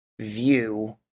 view